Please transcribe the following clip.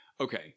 okay